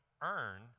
earn